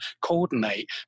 coordinate